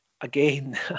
again